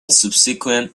subsequent